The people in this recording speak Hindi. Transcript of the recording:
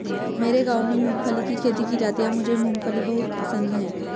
मेरे गांव में मूंगफली की खेती की जाती है मुझे मूंगफली बहुत पसंद है